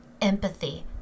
empathy